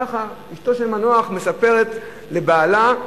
ככה אשתו של מנוח מספרת לבעלה,